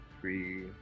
Three